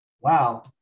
wow